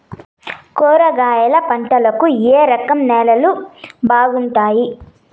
కూరగాయల పంటలకు ఏ రకం నేలలు బాగుంటాయి?